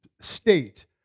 state